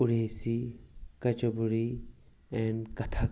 Odissi Kuchipudi and Kathak